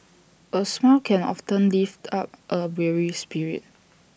A smile can often lift up A weary spirit